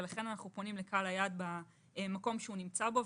ולכן אנחנו פונים לקהל היעד במקום שהוא נמצא בו,